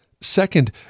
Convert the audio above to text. Second